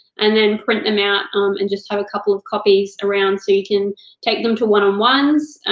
and then print them out um and just have a couple of copies around so you can take them to one on ones.